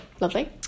Lovely